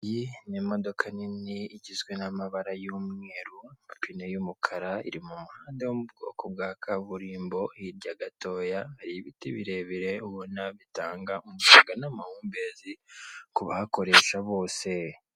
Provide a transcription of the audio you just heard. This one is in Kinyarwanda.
Iyi ni imodoka nini igizwe n'amabara y'umweru, amapine y'umukara iri mu muhanda wo mu bwoko bwa kaburimbo, hirya gatoya ibiti birebire ubona bitanga umuyaga n'amahumbezi ku bahakoresha bose.